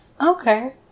Okay